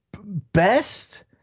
best